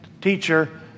teacher